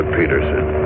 Peterson